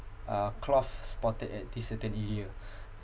uh cloth spotted at this certain area